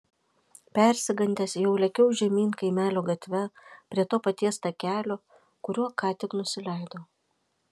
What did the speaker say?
persigandęs jau lėkiau žemyn kaimelio gatve prie to paties takelio kuriuo ką tik nusileidau